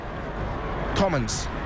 Commons